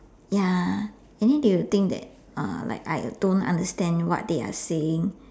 ya and then they will think that I don't understand what they are saying